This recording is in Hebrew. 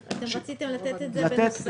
רציתם לתת את זה בנוסף.